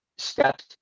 steps